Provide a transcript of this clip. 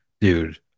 Dude